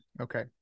Okay